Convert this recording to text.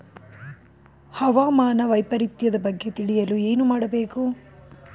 ಹವಾಮಾನ ವೈಪರಿತ್ಯದ ಬಗ್ಗೆ ತಿಳಿಯಲು ಏನು ಮಾಡಬೇಕು?